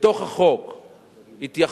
בתוך החוק התייחסות,